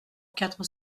quatre